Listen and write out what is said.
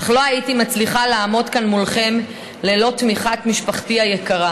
אך לא הייתי מצליחה לעמוד כאן מולכם ללא תמיכת משפחתי היקרה,